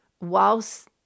whilst